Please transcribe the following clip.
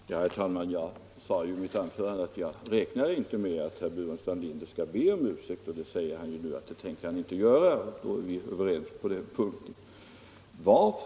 Herr talman! Jag sade ju i mitt anförande att jag inte räknar med att herr Burenstam Linder skall be om ursäkt, och han säger nu att han inte tänker göra det. Då är vi överens på den punkten.